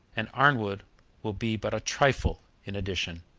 and arnwood will be but a trifle in addition!